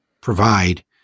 provide